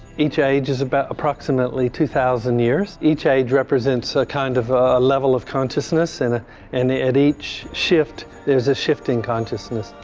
each age is about approximately two thousand years. each age represents a kind of a level of consciousness and ah and at each shift, there is a shift in consciousness.